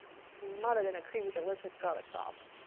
smothered in a creamy delicious garlic sauce.